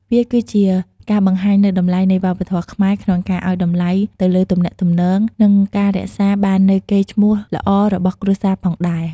វាគឺជាការបង្ហាញនូវតម្លៃនៃវប្បធម៌ខ្មែរក្នុងការឲ្យតម្លៃទៅលើទំនាក់ទំនង និងការរក្សាបាននូវកេរ្តិ៍ឈ្មោះល្អរបស់គ្រួសារផងដែរ។